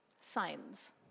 signs